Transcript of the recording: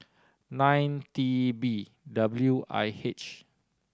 nine T B W I H